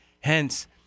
Hence